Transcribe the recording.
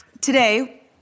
today